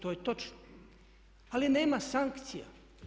To je točno, ali nema sankcija.